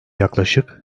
yaklaşık